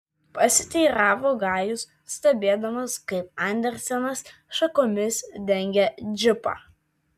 pasiteiravo gajus stebėdamas kaip andersenas šakomis dengia džipą